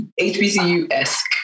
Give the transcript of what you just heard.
HBCU-esque